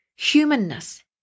humanness